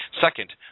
second